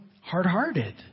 hard-hearted